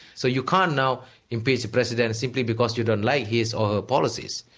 so you can't now impeach a president simply because you don't like his or her policies,